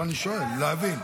לא, אני שואל, להבין.